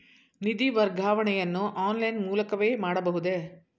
ನಿಧಿ ವರ್ಗಾವಣೆಯನ್ನು ಆನ್ಲೈನ್ ಮೂಲಕವೇ ಮಾಡಬಹುದೇ?